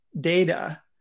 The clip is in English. data